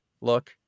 look